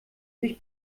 sich